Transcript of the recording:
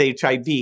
HIV